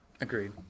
Agreed